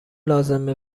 لازمه